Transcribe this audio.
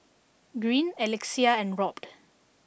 Greene Alexia and Robt